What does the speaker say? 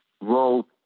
role